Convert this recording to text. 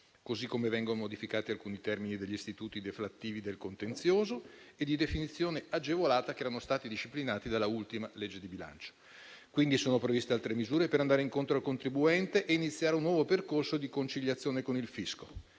Ugualmente, vengono modificati alcuni termini degli istituti deflattivi del contenzioso e di definizione agevolata, che erano stati disciplinati dall'ultima legge di bilancio. Quindi sono previste altre misure per andare incontro al contribuente e iniziare un nuovo percorso di conciliazione con il fisco;